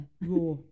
Raw